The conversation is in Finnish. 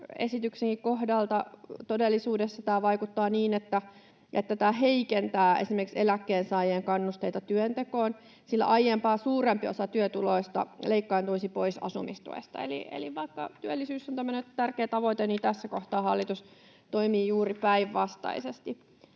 esityksen kohdalla todellisuudessa tämä vaikuttaa niin, että tämä heikentää esimerkiksi eläkkeensaajien kannusteita työntekoon, sillä aiempaa suurempi osa työtuloista leikkaantuisi pois asumistuesta. Eli vaikka työllisyys on tärkeä tavoite, niin tässä kohtaa hallitus toimii juuri päinvastaisesti.